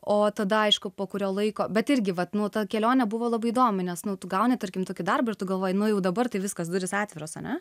o tada aišku po kurio laiko bet irgi vat nu ta kelionė buvo labai įdomi nes nu tu gauni tarkim tokį darbą tu galvoji nu jau dabar tai viskas durys atviros ane